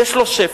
יש לו שפ"ע,